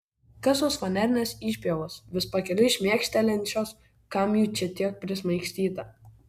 kas tos fanerinės išpjovos vis pakeliui šmėkštelinčios kam jų čia tiek prismaigstyta